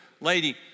lady